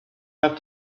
have